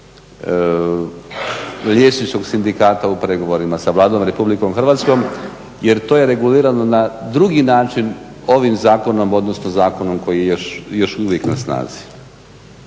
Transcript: liječničkog sindikata u pregovorima sa Vladom Republikom Hrvatskom jer to je regulirano na drugi način ovim zakonom odnosno zakonom koji je još uvijek na snazi.